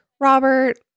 Robert